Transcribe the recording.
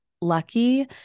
lucky